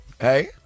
Hey